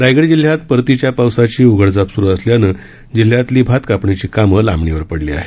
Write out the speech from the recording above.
रायग जिल्ह्यात परतीच्या पावसाची उघ झाप सुरू असल्यानं जिल्ह्यातील भात कापणीची कामं लांबणीवर पपली आहेत